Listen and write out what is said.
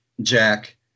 jack